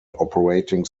operating